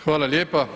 Hvala lijepa.